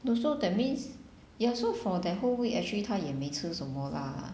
no so that means ya so for that whole week actually 他也没吃什么 lah